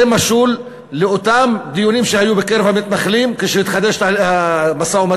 זה משול לאותם דיונים שהיו בקרב המתנחלים כשהתחדש המשא-ומתן,